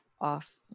off